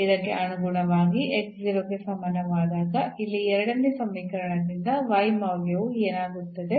ಇದಕ್ಕೆ ಅನುಗುಣವಾಗಿ 0 ಗೆ ಸಮಾನವಾದಾಗ ಇಲ್ಲಿ ಎರಡನೇ ಸಮೀಕರಣದಿಂದ ಮೌಲ್ಯವು ಏನಾಗುತ್ತದೆ